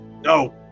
No